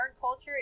culture